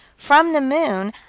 from the moon,